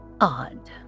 odd